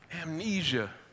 amnesia